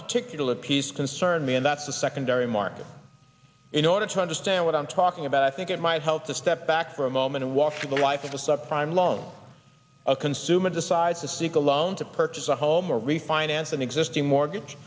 particular piece concerned me and that's the secondary market in order to understand what i'm talking about i think it might help to step back for a moment and walk through the life of a sub prime loan a consumer decides to seek a loan to purchase a home or refinance an existing mortgage